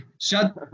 Shut